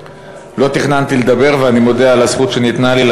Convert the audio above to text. לא תכננתי לדבר ואני מודה על הזכות שניתנה לי,